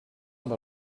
amb